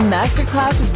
Masterclass